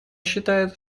считает